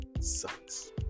sucks